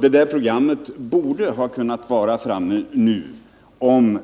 Det programmet kunde ha varit framtaget nu, om